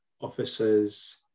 officers